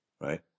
right